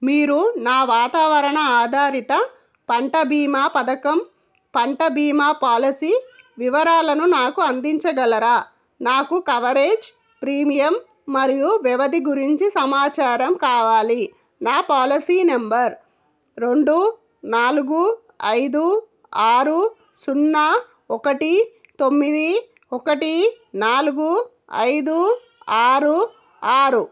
మీరు నా వాతావరణ ఆధారిత పంట బీమా పథకం పంట బీమా పాలసీ వివరాలను నాకు అందించగలరా నాకు కవరేజ్ ప్రీమియం మరియు వ్యవధి గురించి సమాచారం కావాలి నా పాలసీ నంబర్ రెండు నాలుగు ఐదు ఆరు సున్నా ఒకటి తొమ్మిది ఒకటి నాలుగు ఐదు ఆరు ఆరు